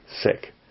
sick